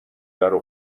درو